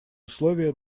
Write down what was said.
условие